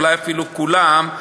אולי אפילו כולן,